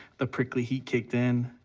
the prickly heat kicked in.